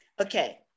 Okay